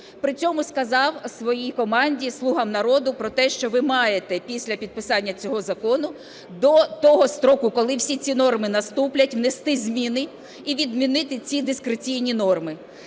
При цьому сказав своїй команді, "слугам народу", про те, що ви маєте після підписання цього закону до того строку, коли всі ці норми наступлять, внести зміни і відмінити ці дискреційні норми.